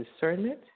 discernment